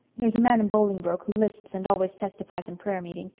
there is a man in bolingbroke who lisps and always testifies in prayer-meeting.